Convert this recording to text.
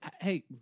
hey